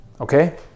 Okay